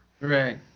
Right